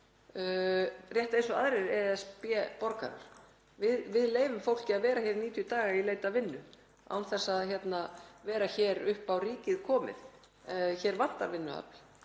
rétt eins og aðrir ESB-borgarar. Við leyfum fólki að vera hér í 90 daga í leit að vinnu án þess að vera upp á ríkið komið. Hér vantar vinnuafl